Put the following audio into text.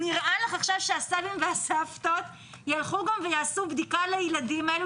נראה לך שעכשיו הסבים והסבתות יילכו ויעשו בדיקה לילדים האלה,